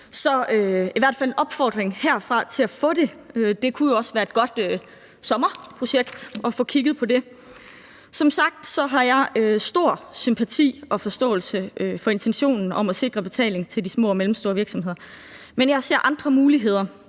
der i hvert fald en opfordring herfra til at få det – det kunne jo også være et godt sommerprojekt at få kigget på det. Som sagt har jeg stor sympati og forståelse for intentionen om at sikre betalingen til de små og mellemstore virksomheder, men jeg ser andre muligheder